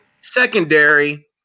Secondary